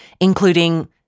including